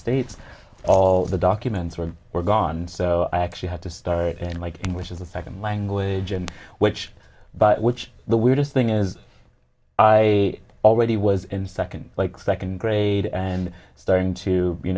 states all the documents were were gone so i actually had to start in like which is a second language and which by which the weirdest thing is i already was in second by second grade and starting to you